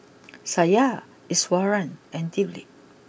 Satya Iswaran and Dilip